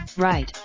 right,